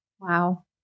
Wow